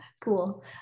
cool